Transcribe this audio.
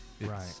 Right